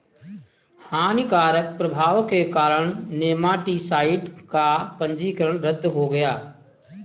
हानिकारक प्रभाव के कारण नेमाटीसाइड का पंजीकरण रद्द हो गया